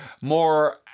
more